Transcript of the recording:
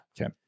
okay